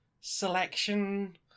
selection